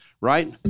right